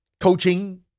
coaching